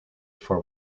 for